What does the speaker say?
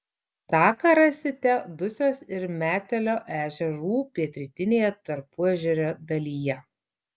taką rasite dusios ir metelio ežerų pietrytinėje tarpuežerio dalyje